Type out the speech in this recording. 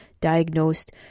diagnosed